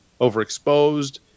overexposed